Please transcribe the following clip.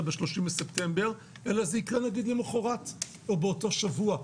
ב-30 בספטמבר אלא זה יקרה למשל למוחרת או באותו שבוע.